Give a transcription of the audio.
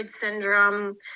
syndrome